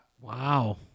Wow